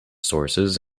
sources